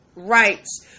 rights